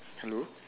hello